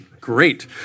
Great